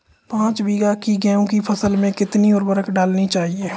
पाँच बीघा की गेहूँ की फसल में कितनी उर्वरक डालनी चाहिए?